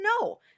no